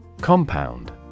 Compound